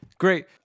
Great